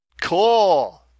Cool